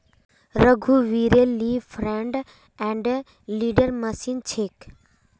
रघुवीरेल ली front end loader machine छेक